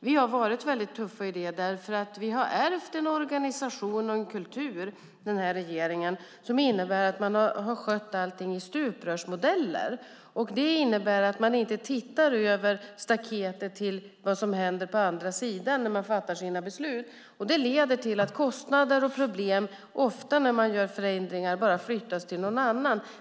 Vi har varit tuffa i det eftersom regeringen ärvt en organisation och kultur som innebär att allt sköts i form av stuprörsmodeller. Det betyder att man inte tittar över staketet för att se vad som händer på andra sidan när man fattar sina beslut. Det i sin tur leder till att när man gör förändringar flyttas kostnader och problem ofta till någon annan.